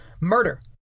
murder